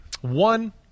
one